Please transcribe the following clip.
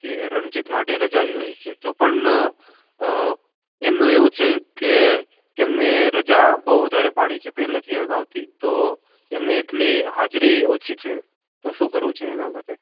okay Ranjit માટે રજા જોઈએ છે તો પણ એમનું એવું છે કે તેમણે રજા બહુ વધારે પાડી છે પેહલેથી અગાવથી તો એમને એટલી હાજરી ઓછી છે તો શું કરવું છે એના માટે